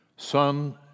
Son